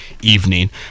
evening